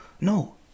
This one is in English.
No